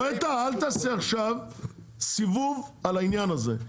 גואטה, אל תעשה עכשיו סיבוב על העניין הזה.